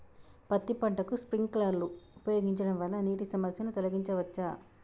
పత్తి పంటకు స్ప్రింక్లర్లు ఉపయోగించడం వల్ల నీటి సమస్యను తొలగించవచ్చా?